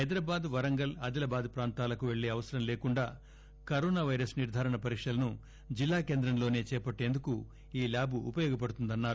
హైదరాబాద్ వరంగల్ ఆదిలాబాద్ ప్రాంతాలకు పెల్లే అవసరం లేకుండా కరోనా వైరస్ నిర్గారణ పరీక్షలను జిల్లా కేంద్రంలోసే చేపట్టేందుకు ఈ ల్యాబ్ ఉపయోగపడుతుందన్నారు